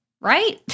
right